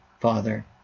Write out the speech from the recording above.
Father